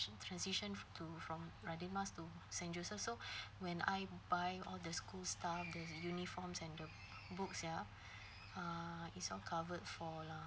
transition to from radin mas to saint joseph so when I buy all the school stuff the uniforms and the books ya uh it's all covered for lah